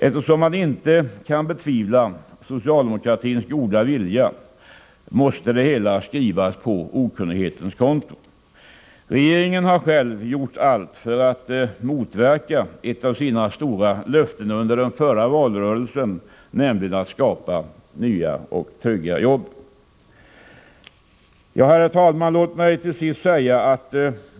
Eftersom man inte kan betvivla socialdemokratins goda vilja måste det hela skrivas på okunnighetens konto. Regeringen har själv gjort allt för att motverka ett av sina stora löften under den förra valrörelsen, nämligen att skapa nya och trygga jobb. Herr talman!